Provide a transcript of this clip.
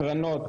הקרנות,